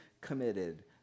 committed